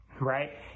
Right